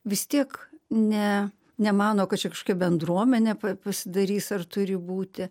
vis tiek ne nemano kad čia kažkokia bendruomenė pasidarys ar turi būti